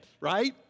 right